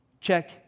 check